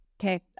Okay